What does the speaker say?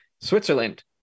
Switzerland